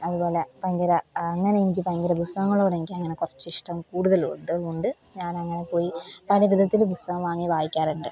അതുപോലെ ഭയങ്കര അങ്ങനെ എനിക്ക് ഭയങ്കര പുസ്തകങ്ങളോട് എനിക്ക് അങ്ങനെ കുറച്ച് ഇഷ്ടം കൂടുതലുമുണ്ട് അതുകൊണ്ട് ഞാനങ്ങനെ പോയി പലവിധത്തില് പുസ്തകം വാങ്ങി വായിക്കാറുണ്ട്